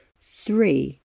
Three